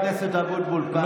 חבר הכנסת אבוטבול, פעם שנייה.